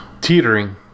teetering